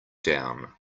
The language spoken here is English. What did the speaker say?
down